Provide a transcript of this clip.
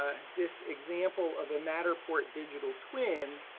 ah this example of a matterport digital twin